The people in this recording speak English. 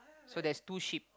so there's two sheep